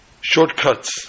shortcuts